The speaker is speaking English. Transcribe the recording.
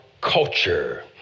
culture